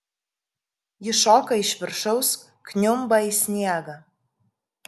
ji šoka iš viršaus kniumba į sniegą